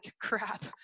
crap